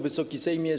Wysoki Sejmie!